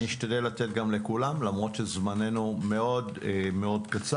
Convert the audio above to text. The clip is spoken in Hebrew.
אני אשתדל לתת גם לכולם למרות שזמננו מאוד קצר.